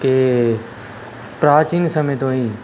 ਕਿ ਪ੍ਰਾਚੀਨ ਸਮੇਂ ਤੋਂ ਹੀ